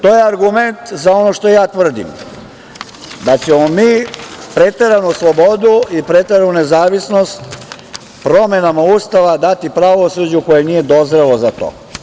To je argument za ono što ja tvrdim da ćemo mi preteranu slobodu i preteranu nezavisnost promena Ustava dati pravosuđu koje nije dozrelo za to.